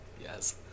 yes